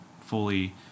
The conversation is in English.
fully